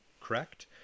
correct